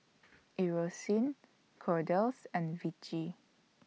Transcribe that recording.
Eucerin Kordel's and Vichy